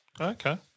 Okay